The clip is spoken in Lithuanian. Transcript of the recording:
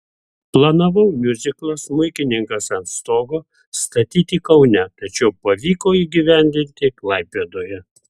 planavau miuziklą smuikininkas ant stogo statyti kaune tačiau pavyko įgyvendinti klaipėdoje